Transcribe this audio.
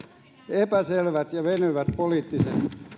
epäselvät ja venyvät poliittiset